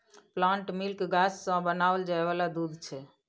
plant milk गाछ सँ बनाओल जाय वाला दूध छै